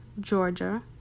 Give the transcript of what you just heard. Georgia